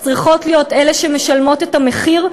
צריכות להיות אלה שמשלמות את המחיר,